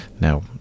Now